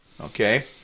Okay